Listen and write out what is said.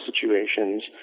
situations